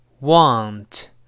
want